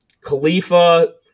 Khalifa